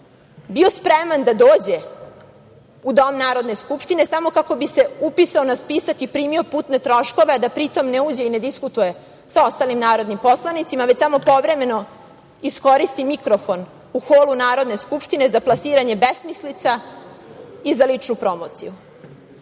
bio spreman da dođe u dom Narodne skupštine samo kako bi se upisao na spisak i primio putne troškove a da pri tom ne uđe i ne diskutuje sa ostalim narodnim poslanicima, već samo povremeno iskoristi mikrofon u holu Narodne skupštine za plasiranje besmislica i za ličnu promociju. Kao